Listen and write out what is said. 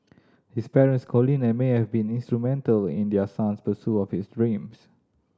his parents Colin and May have been instrumental in their son's pursuit of his dreams